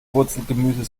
wurzelgemüse